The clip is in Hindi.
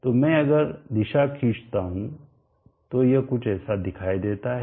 तो मैं अगर दिशा खींचता हूं तो यह कुछ ऐसा दिखता है